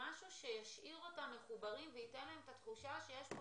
למשהו שישאיר אותם מחוברים וייתן להם את התחושה שיש פה